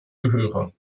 gehöre